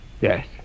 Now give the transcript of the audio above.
Yes